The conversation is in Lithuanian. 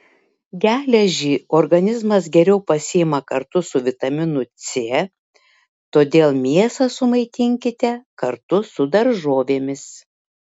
geležį organizmas geriau pasiima kartu su vitaminu c todėl mėsą sumaitinkite kartu su daržovėmis